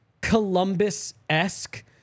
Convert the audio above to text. Columbus-esque